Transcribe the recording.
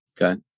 Okay